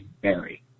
Barry